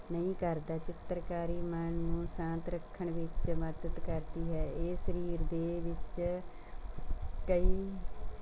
ਨਹੀਂ ਕਰਦਾ ਚਿੱਤਰਕਾਰੀ ਮਨ ਨੂੰ ਸ਼ਾਂਤ ਰੱਖਣ ਵਿੱਚ ਮਦਦ ਕਰਦੀ ਹੈ ਇਹ ਸਰੀਰ ਦੇ ਵਿੱਚ ਕਈ